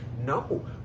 No